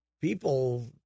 people